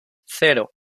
cero